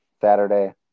Saturday